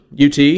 ut